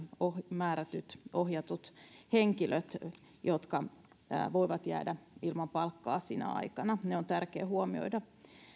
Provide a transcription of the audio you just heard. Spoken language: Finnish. määrätyt ohjatut henkilöt jotka voivat jäädä ilman palkkaa sinä aikana heidät on tärkeää huomioida